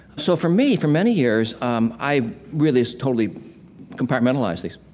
so for me, for many years, um, i really just totally compartmentalized these.